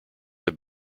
have